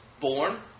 born